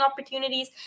opportunities